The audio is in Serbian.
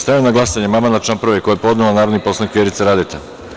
Stavljam na glasanje amandman na član 1. koji je podnela narodni poslanik Vjerica Radeta.